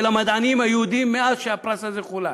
המדענים היהודים מאז שהפרס הזה חולק.